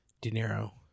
dinero